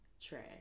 trash